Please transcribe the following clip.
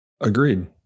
Agreed